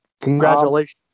congratulations